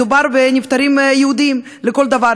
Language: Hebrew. מדובר בנפטרים יהודים לכל דבר,